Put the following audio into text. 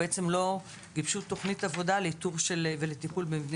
לא גיבשו תוכנית עבודה לאיתור ולטיפול במבנים